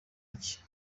iki